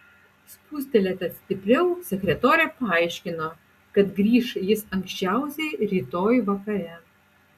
spustelėta stipriau sekretorė paaiškino kad grįš jis anksčiausiai rytoj vakare